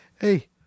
Hey